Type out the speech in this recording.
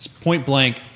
point-blank